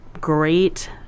great